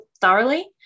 thoroughly